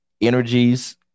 energies